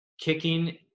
kicking